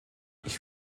ich